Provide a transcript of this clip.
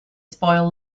spoil